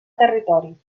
territori